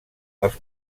als